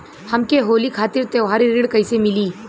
हमके होली खातिर त्योहारी ऋण कइसे मीली?